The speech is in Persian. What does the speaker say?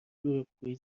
دروغگویی